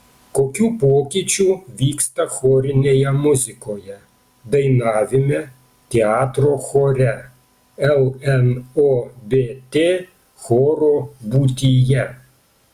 kokių pokyčių vyksta chorinėje muzikoje dainavime teatro chore lnobt choro būtyje